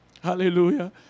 Hallelujah